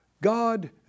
God